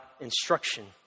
instruction